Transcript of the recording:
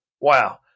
Wow